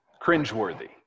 cringeworthy